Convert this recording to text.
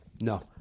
No